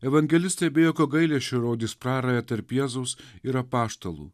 evangelistai be jokio gailesčio rodys prarają tarp jėzaus ir apaštalų